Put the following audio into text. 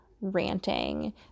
ranting